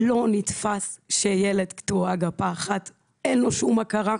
לא נתפס שילד קטוע גפה אחת אין לו שום הכרה.